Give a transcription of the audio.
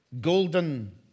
golden